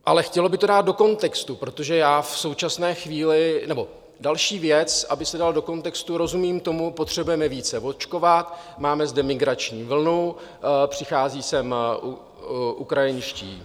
Ale chtělo by to dát do kontextu, protože já v současné chvíli... nebo další věc, aby se dal do kontextu rozumím tomu, potřebujeme více očkovat, máme zde migrační vlnu, přichází sem ukrajinští...